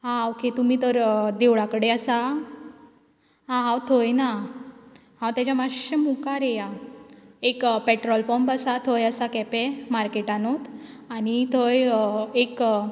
हां ओके तुमी तर देवळा कडेन आसा आं हांव थंय ना हांव तेज्या मातशे मुखार येया एक पेट्रोल पंप आसा थंय आसा केपें मार्केटांनूच आनी थंय एक